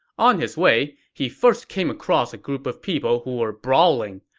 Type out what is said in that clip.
on his way, he first came across a group of people who were brawling.